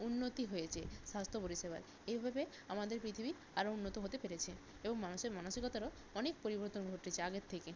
উন্নতি হয়েছে স্বাস্থ্য পরিষেবায় এইভাবে আমাদের পৃথিবী আরো উন্নত হতে পেরেছে এবং মানুষের মানসিকতারও অনেক পরিবর্তন ঘটেছে আগের থেকে